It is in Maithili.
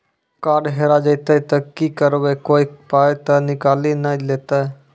कार्ड हेरा जइतै तऽ की करवै, कोय पाय तऽ निकालि नै लेतै?